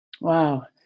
Wow